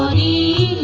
e